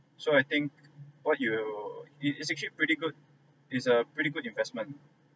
so I think what you it's actually pretty good it's a pretty good investment